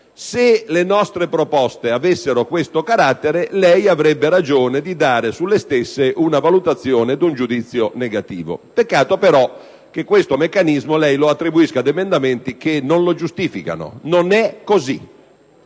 Se le nostre proposte avessero questo carattere, lei avrebbe ragione di dare sulle stesse una valutazione ed un giudizio negativi. Peccato però che questo meccanismo lei lo attribuisca ad emendamenti che non lo giustificano. Non è così.